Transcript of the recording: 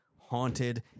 haunted